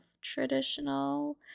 traditional